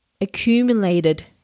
accumulated